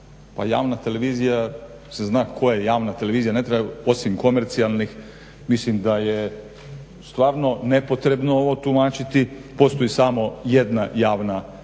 Pa javna televizija se zna koja je javna televizija, ne treba, osim komercijalnih mislim da je stvarno nepotrebno ovo tumačiti. Postoji samo jedna javna televizija